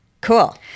Cool